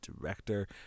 director